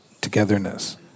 togetherness